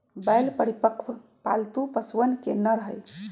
बैल परिपक्व, पालतू पशुअन के नर हई